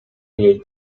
jej